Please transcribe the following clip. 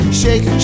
shake